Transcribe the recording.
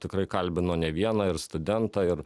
tikrai kalbino ne vieną ir studentą ir